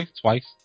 Twice